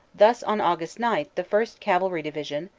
thus, on aug. nine the first cavalry division,